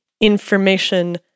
information